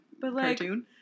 cartoon